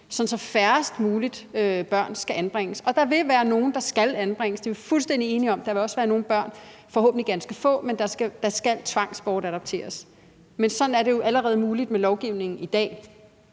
så færrest mulige børn skal anbringes. Og der vil være nogle, der skal anbringes, det er vi fuldstændig enige om. Der vil også være nogle børn, forhåbentlig ganske få, der skal tvangsbortadopteres. Men det er jo allerede muligt med lovgivningen i dag.